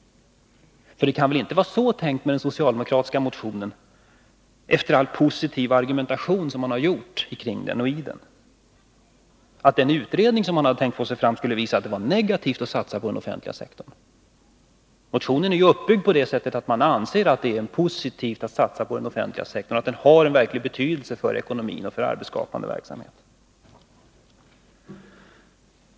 För det kan väl inte vara så tänkt med den socialdemokratiska motionen, efter all positiv argumentation som har förts kring den och i den, att den utredning som begärs skulle visa att det var negativt att satsa på den offentliga sektorn? Motionen är ju uppbyggd på det sättet att man anser att det är positivt att satsa på den offentliga sektorn och att den har en verklig betydelse för ekonomin och för arbetsskapande verksamhet.